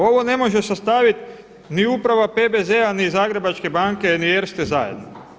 Ovo ne može sastaviti ni uprava PBZ-a ni Zagrebačke banke ni Erste zajedno.